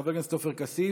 חבר הכנסת עופר כסיף.